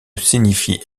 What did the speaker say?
signifie